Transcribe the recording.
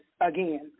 again